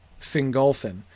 Fingolfin